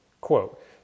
Quote